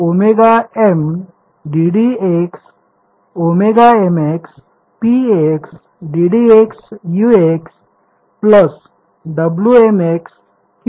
तर हे कसे लिहूया